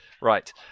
Right